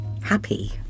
happy